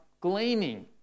gleaning